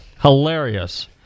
hilarious